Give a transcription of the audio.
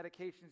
medications